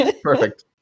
Perfect